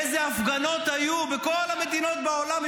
איזה הפגנות היו בכל המדינות בעולם,